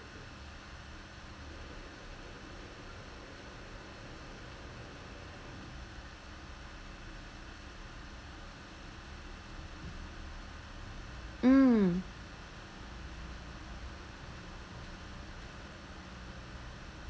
mm